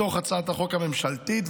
בתוך הצעת החוק הממשלתית,